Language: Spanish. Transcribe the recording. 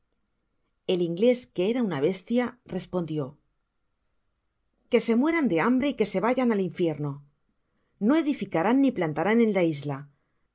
hambre eliinglés que era un bestia respondió que se mueran de hambre y que se vayan ál infierno no edificarán ni plantarán en la isla